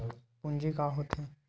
पूंजी का होथे?